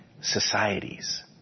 societies